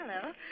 Hello